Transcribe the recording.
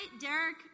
Derek